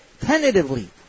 Tentatively